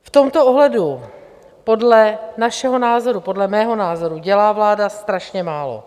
V tomto ohledu podle našeho názoru, podle mého názoru, dělá vláda strašně málo.